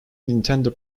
nintendo